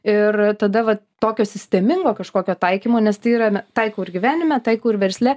ir tada va tokio sistemingo kažkokio taikymo nes tai yra taikau ir gyvenime taikau ir versle